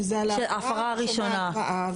שזה על ההפרה הראשונה התראה.